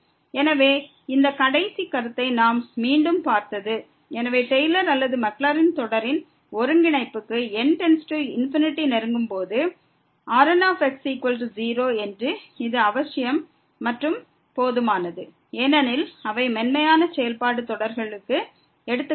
எனவே இந்த கடைசி கருத்தை நாம் மீண்டும் பார்த்தோம் எனவே டெய்லர் அல்லது மாக்லரின் தொடரின் ஒருங்கிணைப்புக்கு n→∞ நெருங்கும் போது Rn→0 என்பது அவசியம் மற்றும் போதுமானது ஏனெனில் அவை மென்மையான செயல்பாடு தொடர்களுக்கு எடுத்துக்காட்டுகள்